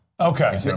Okay